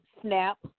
snap